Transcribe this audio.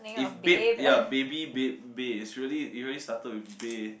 if babe ya baby babe bae it really started with bae